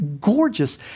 Gorgeous